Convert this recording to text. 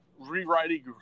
rewriting